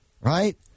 right